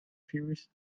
puris